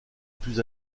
plus